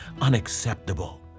unacceptable